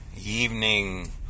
evening